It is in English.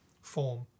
form